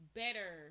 better